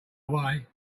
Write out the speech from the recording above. away